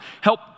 help